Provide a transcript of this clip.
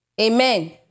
Amen